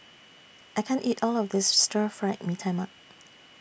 I can't eat All of This Stir Fried Mee Tai Mak